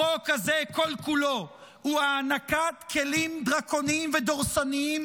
החוק הזה הוא כל-כולו הענקת כלים דרקוניים ודורסניים